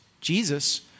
Jesus